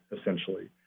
essentially